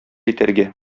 итәргә